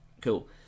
cool